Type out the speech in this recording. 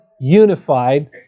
unified